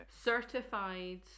Certified